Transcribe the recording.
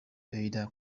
either